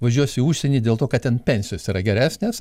važiuos į užsienį dėl to kad ten pensijos yra geresnės